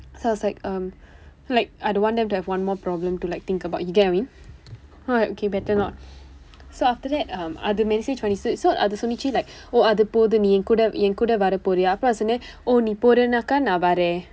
so I was like um like I don't want them to have one more problem to like think about you get what I mean !huh! okay better not so after that um அது:athu message பண்ணிட்டு:pannitdu so so அது சொன்னது:athu sonnathu like oh அது போகுது நீ என் கூட என் கூட வர போறியா அப்புறம் நான் சொன்னேன்:athu pokuthu nii en kuuda en kuuda vara pooriyaa appuram naan sonen oh நீ போரேன்னா நான் வரேன்:ni poreennaa naan vareen